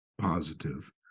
positive